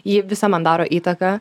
ji visa man daro įtaką